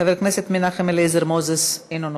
חבר הכנסת מנחם אליעזר מוזס, אינו נוכח.